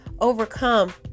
overcome